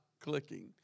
clicking